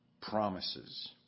promises